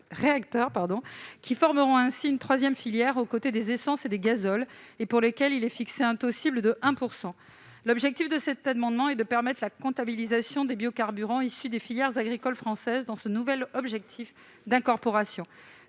qui formeront ainsi une troisième filière, aux côtés des essences et des gazoles, et pour lesquels il est fixé un taux cible de 1 %. L'objet de cet amendement est de permettre la comptabilisation des biocarburants issus des filières agricoles françaises dans ce nouvel objectif d'incorporation.